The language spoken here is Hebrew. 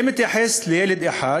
זה מתייחס לילד אחד,